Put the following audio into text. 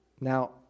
Now